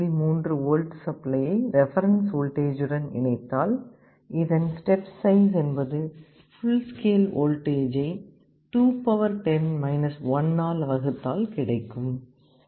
3 volt சப்ளையை reference வோல்டேஜுடன் இணைத்தால் இதன் ஸ்டெப் சைஸ் என்பது ஃபுல் ஸ்கேல் வோல்டேஜை ஆல் வகுத்தால் கிடைக்கும்